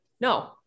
No